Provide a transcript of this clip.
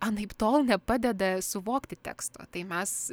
anaiptol nepadeda suvokti teksto tai mes